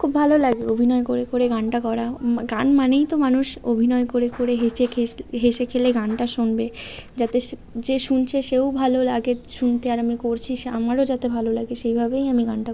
খুব ভালো লাগে অভিনয় করে করে গানটা করা গান মানেই তো মানুষ অভিনয় করে করে হেসে খেসে হেসে খেলে গানটা শুনবে যাতে সে যে শুনছে সেও ভালো লাগে শুনতে আর আমি করছি সে আমারও যাতে ভালো লাগে সেইভাবেই আমি গানটা করি